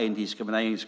Jag kan förstå att det inte hinns